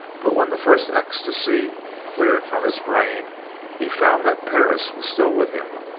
but when the first ecstasy cleared from his brain he found that perris was still with him,